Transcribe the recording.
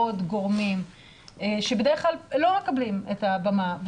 גורמים שבדרך כלל לא מקבלים את הבמה,